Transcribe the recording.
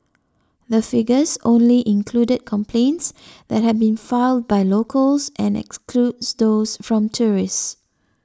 the figures only included complaints that had been filed by locals and excludes those from tourists